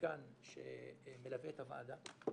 פסיכומטריקן שמלווה את הוועדה,